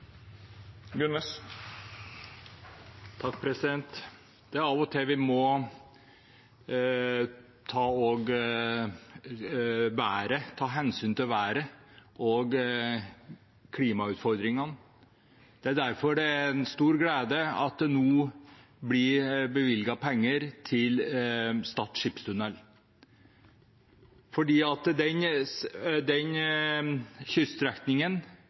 Av og til må vi ta hensyn til været og klimautfordringene. Det er derfor det er en stor glede at det nå blir bevilget penger til Stad skipstunnel, for kyststrekningen forbi Stad er farlig, og den